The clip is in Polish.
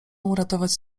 uratować